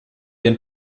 den